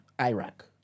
Iraq